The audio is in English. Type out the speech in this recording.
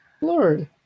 Lord